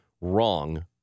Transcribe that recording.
wrong